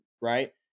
right